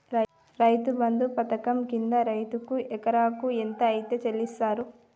రైతు బంధు పథకం కింద రైతుకు ఎకరాకు ఎంత అత్తే చెల్లిస్తరు?